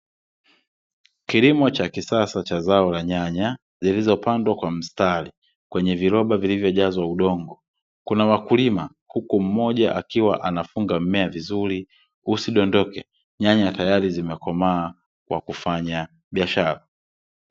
Kilimo cha kisasa cha zao la nyanya, zilizopandwa kwa mstari kwenye viroba vilivyo jazwa udongo. Kuna wakulima, huku mmoja akiwa anafunga mmea vizuri, usidondoke. Nyanya tayari zimekomaa, kwa kufanya biashara.